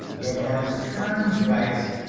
when the artist turns right,